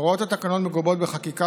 הוראות התקנון מגובות בחקיקה,